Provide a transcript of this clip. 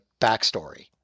backstory